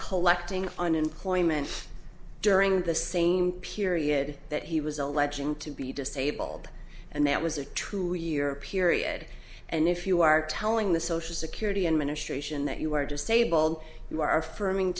collecting unemployment during the same period that he was alleging to be disabled and that was a true year period and if you are telling the social security administration that you are disabled you are firming